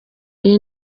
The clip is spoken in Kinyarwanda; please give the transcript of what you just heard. iyi